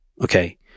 okay